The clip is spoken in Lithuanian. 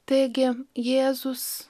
taigi jėzus